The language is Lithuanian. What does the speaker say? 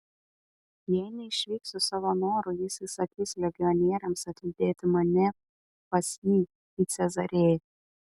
jei neišvyksiu savo noru jis įsakys legionieriams atlydėti mane pas jį į cezarėją